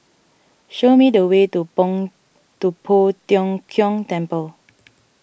show me the way to to Poh Tiong Kiong Temple